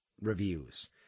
reviews